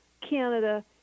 Canada